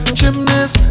gymnast